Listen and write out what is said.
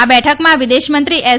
આ બેઠકમાં વિદેશમંત્રી એસ